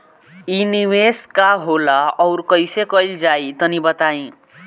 इ निवेस का होला अउर कइसे कइल जाई तनि बताईं?